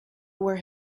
where